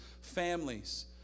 families